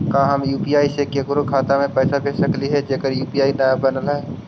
का हम यु.पी.आई से केकरो खाता पर पैसा भेज सकली हे जेकर यु.पी.आई न बनल है?